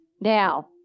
Now